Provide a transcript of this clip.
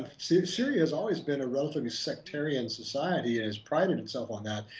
syria has always been a relatively sectarian society it has prided itself on that.